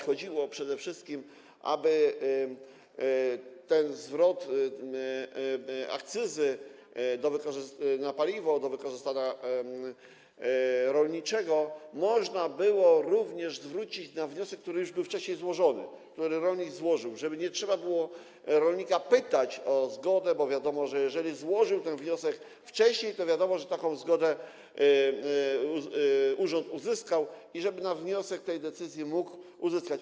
Chodziło przede wszystkim o to, aby tego zwrotu akcyzy na paliwo do wykorzystania rolniczego można było również dokonać na wniosek, który już był wcześniej złożony, który rolnik złożył, żeby nie trzeba było rolnika pytać o zgodę, bo wiadomo, że jeżeli złożył ten wniosek wcześniej, to taką zgodę urząd uzyskał i chodzi o to, żeby na wniosek tę decyzję mógł uzyskać.